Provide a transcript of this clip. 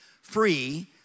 free